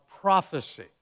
prophecy